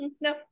No